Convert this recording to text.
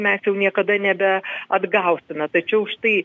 mes jau niekada nebe atgausime tačiau štai